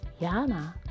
Yana